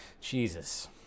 Jesus